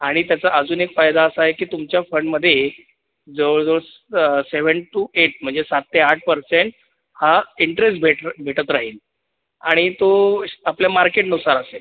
आणि त्याचा अजून एक फायदा असा आहे की तुमच्या फंडमध्ये जवळजवळ सेवन टू एट म्हणजे सात ते आठ पर्सेंट हा इंटरेस भेट भेटत राहील आणि तो श् आपल्या मार्केटनुसार असेल